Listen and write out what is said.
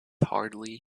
hardly